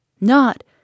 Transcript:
Not